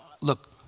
Look